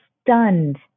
stunned